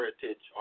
Heritage